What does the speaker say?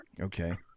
Okay